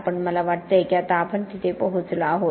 पण मला वाटते की आता आपण तिथे पोहोचलो आहोत